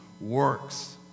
works